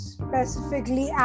specifically